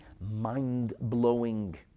mind-blowing